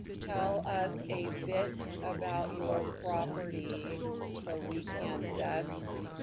tell us a bit about your property so we can best